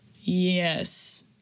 Yes